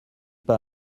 pas